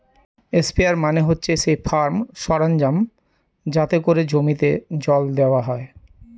sprayer মানে হচ্ছে সেই ফার্ম সরঞ্জাম যাতে করে জমিতে জল দেওয়া হয়